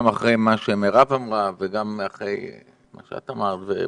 גם אחרי מה שמרב אמרה וגם אחרי מה שאת אמרת ופרופ'